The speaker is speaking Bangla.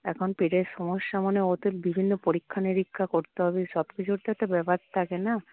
এখন পেটের সমস্যা মানে ও তো বিভিন্ন পরীক্ষা নিরীক্ষা করতে হবে সব কিছুর তো একটা ব্যাপার থাকে না